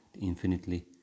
infinitely